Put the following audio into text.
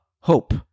hope